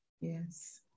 Yes